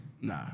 Nah